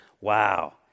wow